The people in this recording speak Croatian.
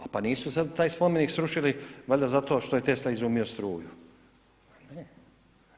A pa nisu sad taj spomenik srušili valjda zato što je Tesla izumio struju, ne.